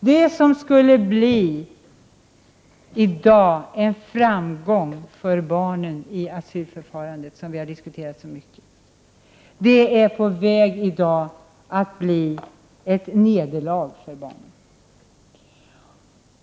Det som i dag skulle bli en framgång för barnen i asylförfarandet, vilket vi har diskuterat så mycket, är nu på väg att bli ett nederlag för barnen.